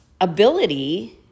ability